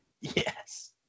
yes